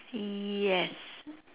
yes